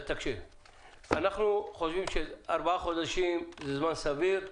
אנחנו חושבים שארבעה חודשים זה זמן סביר.